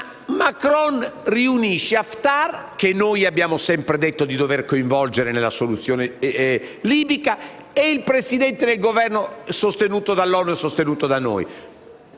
Macron riunisce Haftar, che noi abbiamo sempre detto di dover coinvolgere nella soluzione del problema libico, e il Presidente del Governo sostenuto dall'ONU e da noi.